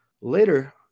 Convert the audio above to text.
Later